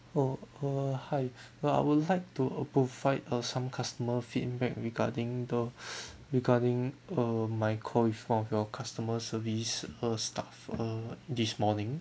oh uh hi uh I would like to uh provide a some customer feedback regarding the regarding uh my call with one of your customer service uh staff uh this morning